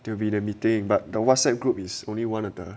they will be in the meeting but the Whatsapp group is only one of the